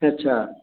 अच्छा